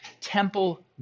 Temple